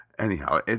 Anyhow